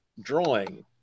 drawing